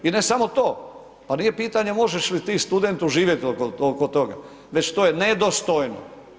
I ne samo to, pa nije pitanje možeš li ti studentu živjeti oko toga, već to je nedostojno.